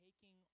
taking